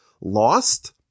lost